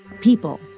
People